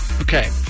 Okay